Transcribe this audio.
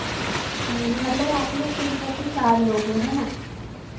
मतलब आप लोग कुल मिलाकर चार लोग हो है ना